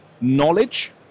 Knowledge